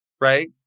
right